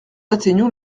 atteignons